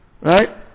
right